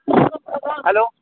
hello